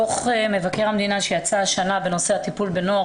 דוח מבקר המדינה שיצא השנה בנושא הטיפול בנוער